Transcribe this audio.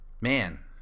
man